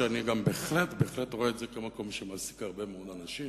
אני גם בהחלט רואה את זה כמקום שמעסיק הרבה מאוד אנשים,